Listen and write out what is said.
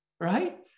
right